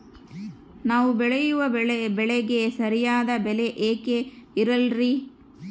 ನಾವು ಬೆಳೆಯುವ ಬೆಳೆಗೆ ಸರಿಯಾದ ಬೆಲೆ ಯಾಕೆ ಇರಲ್ಲಾರಿ?